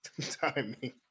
Timing